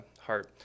heart